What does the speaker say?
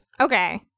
Okay